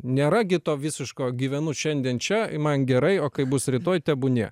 nėra gi to visiško gyvenu šiandien čia i man gerai o kaip bus rytoj tebūnie